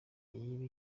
yiba